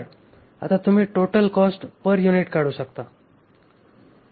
तर आता तुम्ही टोटल कॉस्ट पर युनिट काढू शकता